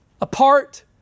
apart